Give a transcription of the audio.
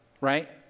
Right